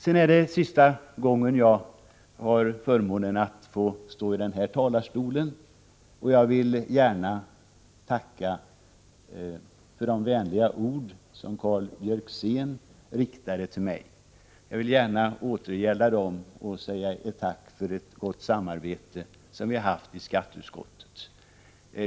Det är sista gången jag har förmånen att stå i riksdagens talarstol, och jag vill tacka för de vänliga ord som Karl Björzén riktade till mig. Jag vill gärna återgälda dem och säga tack för det goda samarbetet som vi har haft i skatteutskottet.